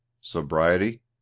Sobriety